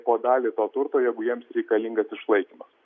po dalį turto jeigu jiems reikalingas išlaikymas